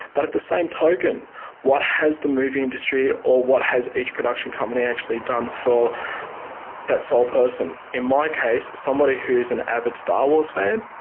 but at the same token what has the movie industry or what has each production company actually done for that sole person? in my case, somebody who's an avid star wars fan,